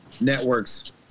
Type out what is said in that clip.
networks